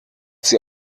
sie